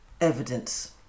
evidence